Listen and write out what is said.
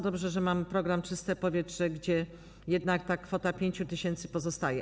Dobrze, że mamy program „Czyste powietrze”, gdzie ta kwota 5 tys. pozostaje.